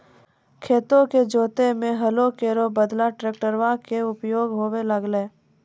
खेतो क जोतै म हलो केरो बदला ट्रेक्टरवा कॅ उपयोग होबे लगलै